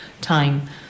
time